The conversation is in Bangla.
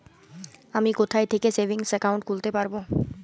আমি কোথায় থেকে সেভিংস একাউন্ট খুলতে পারবো?